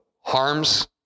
harms